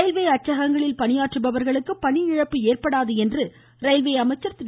railway அச்சகங்களில் பணியாற்றுபவர்களுக்கு பணியிழப்பு ஏற்படாது என்று ரயில்வே அமைச்சர் திரு